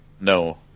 No